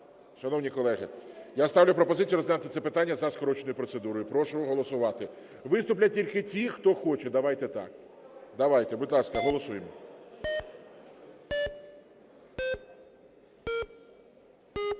Шановні колеги, я ставлю пропозицію розглянути це питання за скороченою процедурою Прошу голосувати. Виступлять тільки ті, хто хоче, давайте так. Давайте, будь ласка, голосуємо.